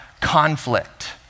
conflict